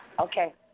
Okay